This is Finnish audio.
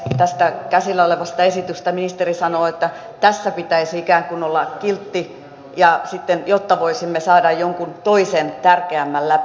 tästä käsillä olevasta esityksestä ministeri sanoo että tässä pitäisi ikään kuin olla kiltti jotta sitten voisimme saada jonkun toisen tärkeämmän läpi